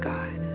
God